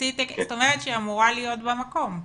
זאת אומרת שהיא אמורה להיות במקום?